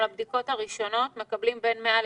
על הבדיקות הראשונות מקבלים בין 100 ל-130?